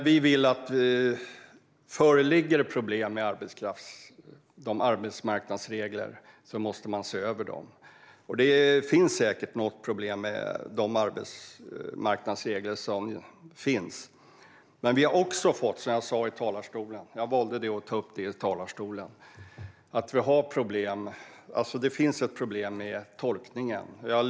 Herr talman! Om det föreligger problem med arbetsmarknadsreglerna måste dessa ses över, och det finns säkert något problem med arbetsmarknadsreglerna. Men som jag sa i talarstolen finns det problem med tolkningen.